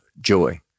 joy